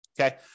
Okay